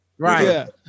Right